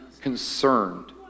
concerned